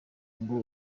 ngo